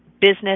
business